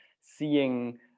seeing